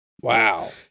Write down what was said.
wow